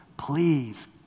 please